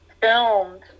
filmed